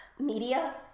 media